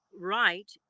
right